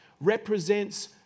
represents